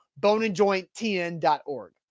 Boneandjointtn.org